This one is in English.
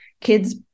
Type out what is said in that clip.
kids